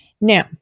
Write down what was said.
Now